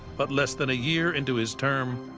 but less than a year into his term,